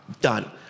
done